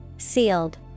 Sealed